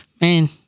man